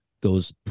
goes